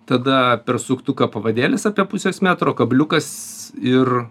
tada per suktuką pavadėlis apie pusės metro kabliukas ir